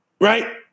Right